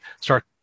start